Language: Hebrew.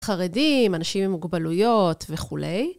חרדים, אנשים עם מוגבלויות וכולי.